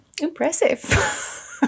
impressive